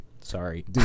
Sorry